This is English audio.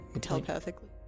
Telepathically